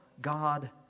God